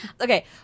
Okay